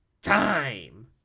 time